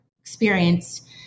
experienced